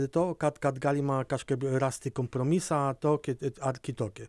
dėl to kad kad galima kažkaip rasti kompromisą tokį ar kitokį